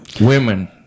women